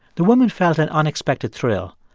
the woman felt an unexpected thrill.